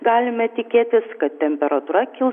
galime tikėtis kad temperatūra kils